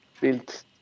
built